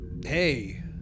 hey